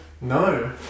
No